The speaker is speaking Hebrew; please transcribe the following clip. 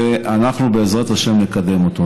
ואנחנו בעזרת השם נקדם אותו.